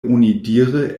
onidire